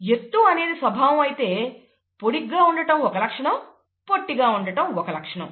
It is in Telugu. ఎత్తు అనేది స్వభావం అయితే పొడుగ్గా ఉండటం ఒక లక్షణం పొట్టిగా ఉండటం ఒక లక్షణం